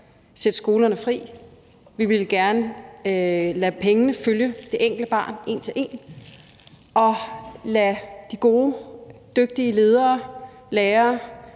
sætte skolerne fri. Vi ville gerne lade pengene følge det enkelte barn en til en og lade de gode, dygtige ledere lære